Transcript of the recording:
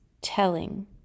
telling